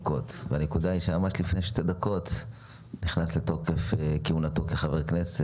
להתקין את התקנות שייכנסו לתוקף אפילו בלי אישור מראש של ועדת החוקה.